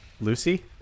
Lucy